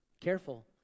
Careful